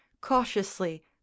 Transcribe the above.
cautiously